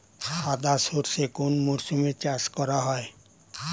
সাদা সর্ষে কোন মরশুমে চাষ করা হয়?